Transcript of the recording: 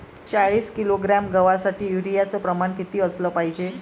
चाळीस किलोग्रॅम गवासाठी यूरिया च प्रमान किती असलं पायजे?